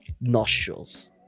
nostrils